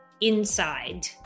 inside